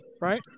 right